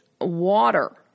water